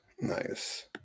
nice